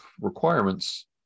requirements